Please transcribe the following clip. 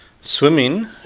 swimming